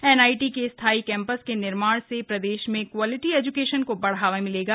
NIT के स्थाई campus के निर्माण से प्रदेश में क्वालिटी एजुकेशन को बढावा मिलेगा